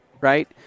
right